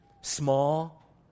small